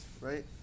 right